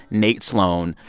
nate sloan.